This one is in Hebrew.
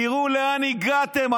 תראו לאן הגעתם.